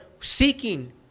seeking